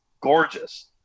gorgeous